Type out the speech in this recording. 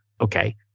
okay